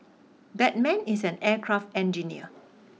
that man is an aircraft engineer